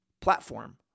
platform